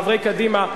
חברי קדימה,